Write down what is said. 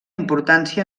importància